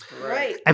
right